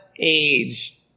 age